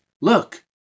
look